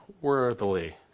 worthily